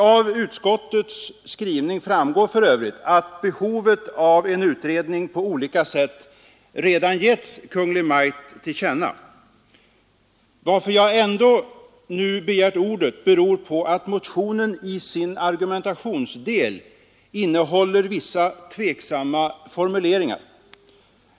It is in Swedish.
Av utskottets skrivning framgår för övrigt att behovet av en utredning på olika sätt redan givits Kungl. Maj:t till känna. Att jag ändock nu har begärt ordet beror på att motionen i sin argumentationsdel innehåller vissa tveksamma formuleringar.